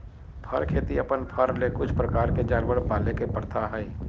फर खेती अपन फर ले कुछ प्रकार के जानवर पाले के प्रथा हइ